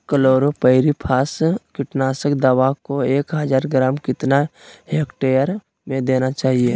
Chlorpyrifos कीटनाशक दवा को एक हज़ार ग्राम कितना हेक्टेयर में देना चाहिए?